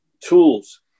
tools